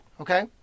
Okay